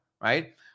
right